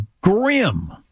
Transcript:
grim